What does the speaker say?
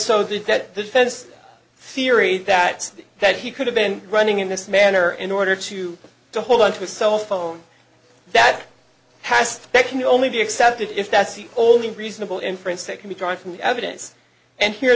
so that the defense theory that that he could have been running in this manner in order to to hold on to a cell phone that passed that can only be accepted if that's the only reasonable inference that can be drawn from the evidence and here